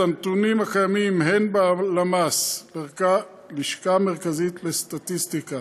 הנתונים הקיימים הן בלשכה המרכזית לסטטיסטיקה